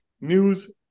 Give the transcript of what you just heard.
news